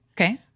Okay